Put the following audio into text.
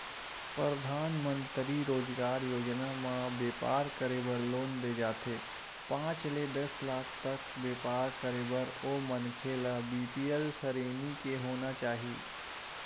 परधानमंतरी रोजगार योजना म बेपार करे बर लोन दे जाथे पांच ले दस लाख तक बेपार करे बर ओ मनखे ल बीपीएल सरेनी के होना चाही